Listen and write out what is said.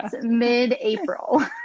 mid-April